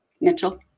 Mitchell